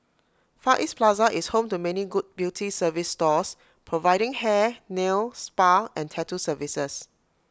far east plaza is home to many good beauty service stores providing hair nail spa and tattoo services